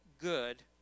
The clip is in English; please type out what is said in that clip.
good